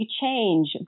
change